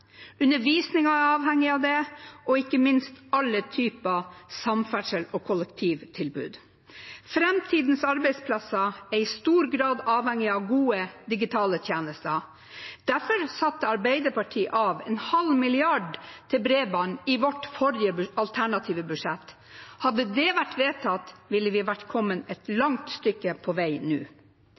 er avhengig av det, og ikke minst er alle typer samferdsels- og kollektivtilbud avhengig av det. Framtidens arbeidsplasser er i stor grad avhengig av gode digitale tjenester. Derfor satte Arbeiderpartiet av 0,5 mrd. kr til bredbånd i vårt forrige alternative budsjett. Hadde det blitt vedtatt, ville vi ha kommet et langt stykke på vei nå.